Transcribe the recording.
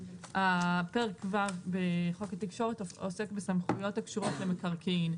פרק ו' בחוק התקשורת עוסק בסמכויות הקשורות למקרקעין,